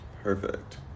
Perfect